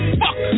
fuck